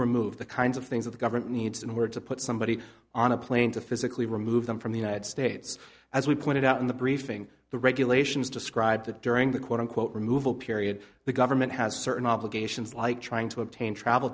remove the kinds of things that the government needs in order to put somebody on a plane to physically remove them from the united states as we pointed out in the briefing the regulations describe that during the quote unquote removal period the government has certain obligations like trying to obtain travel